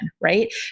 right